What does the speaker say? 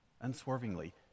Unswervingly